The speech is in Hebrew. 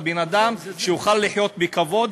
שיוכל לחיות בכבוד,